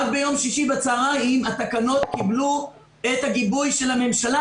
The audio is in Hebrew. רק ביום שישי בצוהריים התקנות קיבלו את הגיבוי של הממשלה,